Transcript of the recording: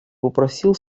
попросил